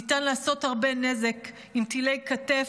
ניתן לעשות הרבה נזק עם טילי כתף,